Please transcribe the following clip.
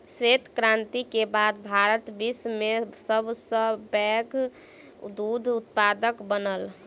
श्वेत क्रांति के बाद भारत विश्व में सब सॅ पैघ दूध उत्पादक बनल